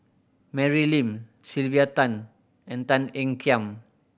Mary Lim Sylvia Tan and Tan Ean Kiam